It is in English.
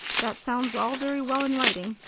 that sounds all very well in writing.